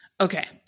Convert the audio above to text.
okay